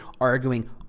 arguing